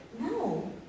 no